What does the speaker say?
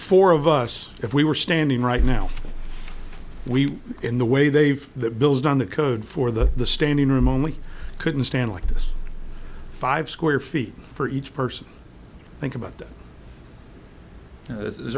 four of us if we were standing right now we in the way they've build on the code for the the standing room only couldn't stand like this five square feet for each person think about th